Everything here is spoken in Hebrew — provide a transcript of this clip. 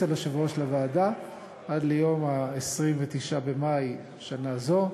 על יושב-ראש לוועדה עד ליום 29 במאי שנה זו.